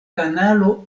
kanalo